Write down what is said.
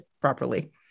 properly